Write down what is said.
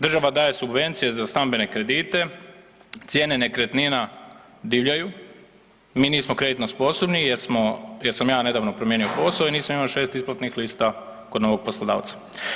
Država daje subvencije za stambene kredite, cijene nekretnina divljaju, mi nismo kreditno sposobni jer smo, jer sam ja nedavno promijenio posao i nisam imao 6 isplatnih lista kod novog poslodavca.